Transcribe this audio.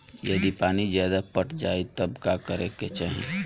यदि पानी ज्यादा पट जायी तब का करे के चाही?